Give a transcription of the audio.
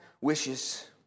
wishes